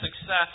success